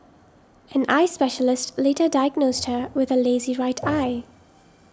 an eye specialist later diagnosed her with a lazy right eye